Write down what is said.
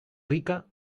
rica